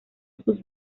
sus